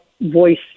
voice